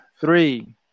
three